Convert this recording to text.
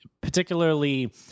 particularly